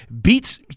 beats